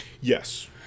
Yes